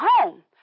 home